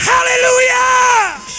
Hallelujah